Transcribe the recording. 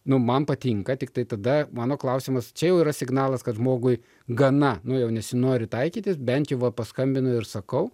nu man patinka tiktai tada mano klausimas čia jau yra signalas kad žmogui gana nu jau nesinori taikytis bent jau va paskambinu ir sakau